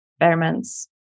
experiments